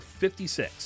56